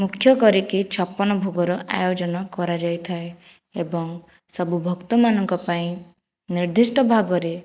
ମୁଖ୍ୟ କରିକି ଛପନ ଭୋଗର ଆୟୋଜନ କରାଯାଇଥାଏ ଏବଂ ସବୁ ଭକ୍ତମାନଙ୍କ ପାଇଁ ନିର୍ଦ୍ଧିଷ୍ଟ ଭାବରେ